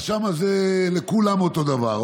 אז שם לכולם זה אותו דבר,